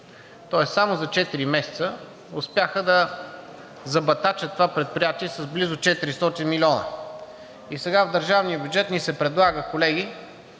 тоест само за четири месеца успяха да забатачат това предприятие с близо 400 милиона. Сега в държавния бюджет ни се предлага, колеги,